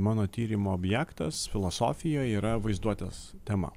mano tyrimo objektas filosofijoj yra vaizduotės tema